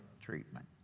treatment